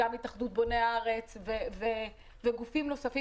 אלא גם התאחדות בוני הארץ וגופים נוספים,